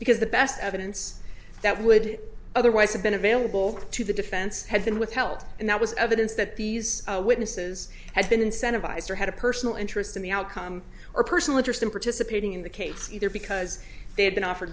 because the best evidence that would otherwise have been available to the defense had been withheld and that was evidence that these witnesses had been incentivised or had a personal interest in the outcome or personal interest in participating in the case either because they had been offered